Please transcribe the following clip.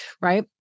right